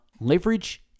leverage